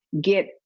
get